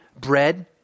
bread